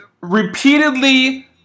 repeatedly